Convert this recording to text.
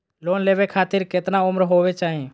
Loan लेवे खातिर केतना उम्र होवे चाही?